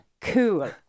cool